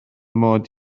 mod